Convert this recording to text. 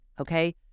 Okay